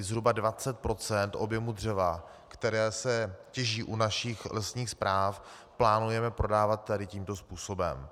Zhruba 20 % objemu dřeva, které se těží u našich lesních správ, plánujeme prodávat tímto způsobem.